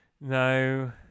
No